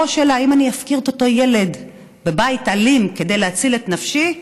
בראש שלה: האם אני אפקיר את אותו ילד בבית אלים כדי להציל את נפשי?